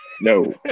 No